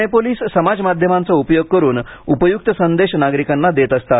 Pune police समाज मध्यमांचा उपयोग करुन उपयुक्त संदेश नागरिकांना देत असतात